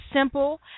simple